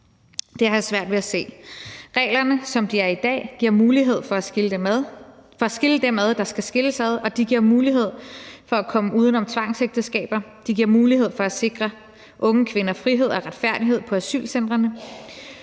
Det har jeg svært ved se. Reglerne, som de er i dag, giver mulighed for at skille dem ad, som skal skilles ad, og de giver mulighed for at komme uden om tvangsægteskaber. De giver mulighed for at sikre unge kvinder frihed og retfærdighed på asylcentrene.